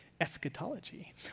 eschatology